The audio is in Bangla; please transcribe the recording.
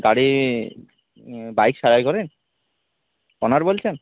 গাড়ি বাইক সারাই করেন ওনার বলছেন